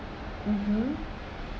mmhmm